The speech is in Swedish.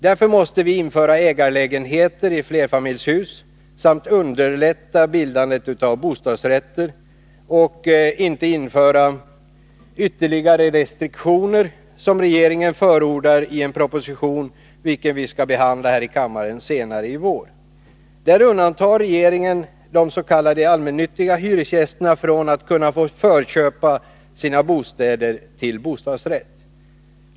Därför måste vi införa ägarlägenheter i flerfamiljshus samt underlätta bildandet av bostadsrätter men inte införa ytterligare restriktioner, vilket - Nr 118 regeringen förordar i en proposition som skall behandlas här i kammaren senare i vår. Där undantar regeringen den s.k. allmännyttans hyresgäster från att kunna få förköpa sina bostäder till bostadsrätt.